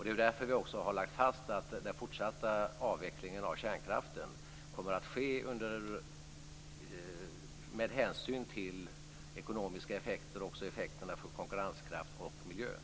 Det är därför vi har lagt fast att den fortsatta avvecklingen av kärnkraften kommer att ske med hänsyn till ekonomiska effekter och effekterna för konkurrenskraften och miljön.